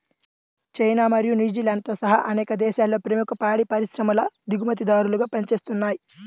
China మరియు న్యూజిలాండ్తో సహా అనేక దేశాలలో ప్రముఖ పాడి పరిశ్రమలు దిగుమతిదారులుగా పనిచేస్తున్నయ్